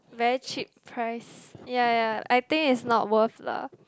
very cheap price ya ya I think it's not worth lah